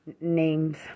names